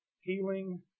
healing